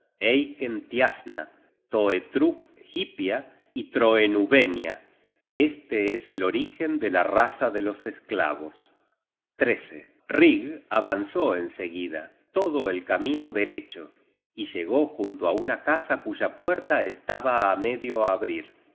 y ambotta eiken tiasna toetrug hypia y troenubenia este es el origen de la raza de los esclavos rig avanzó en seguida todo el camino derecho y llegó junto á una casa cuya puerta estaba á medio abrir